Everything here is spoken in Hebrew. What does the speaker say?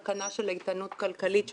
תקנה של איתנות כלכלית,